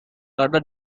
other